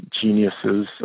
geniuses